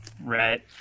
Right